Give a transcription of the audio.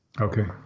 Okay